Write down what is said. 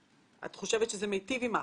האם זה היה מיטיב עם האכיפה?